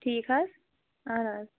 ٹھیٖک حظ اَہَن حظ